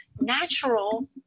natural